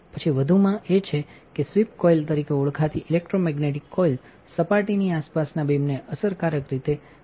પછી વધુમાં એ છે કેસ્વીપ કોઇલ તરીકે ઓળખાતીઇલેક્ટ્રોમેગ્નેટિક કોઇલ સપાટીની આસપાસના બીમને અસરકારક રીતે રાસ્ટર કરવા માટે કાર્યરત છે